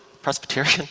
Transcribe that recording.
Presbyterian